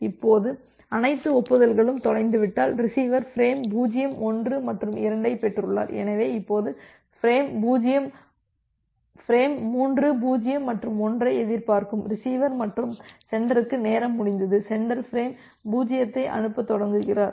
இப்போது அனைத்து ஒப்புதல்களும் தொலைந்துவிட்டால் ரிசீவர் பிரேம் 0 1 மற்றும் 2 ஐப் பெற்றுள்ளார் எனவே இப்போது பிரேம் 3 0 மற்றும் 1 ஐ எதிர்பார்க்கும் ரிசீவர் மற்றும் சென்டருக்கு நேரம் முடிந்தது சென்டர் பிரேம் 0 ஐ அனுப்பத் தொடங்குகிறார்